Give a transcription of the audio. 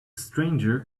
stranger